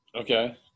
Okay